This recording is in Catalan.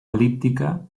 el·líptica